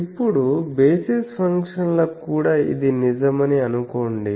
ఇప్పుడు బేసిస్ ఫంక్షన్లకు కూడా ఇది నిజమని అనుకోండి